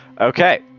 Okay